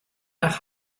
nach